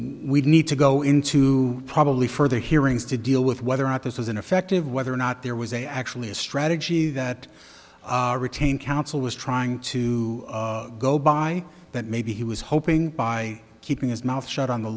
we need to go into probably further hearings to deal with whether or not this was an effective whether or not there was a actually a strategy that retained counsel was trying to go by that maybe he was hoping by keeping his mouth shut on the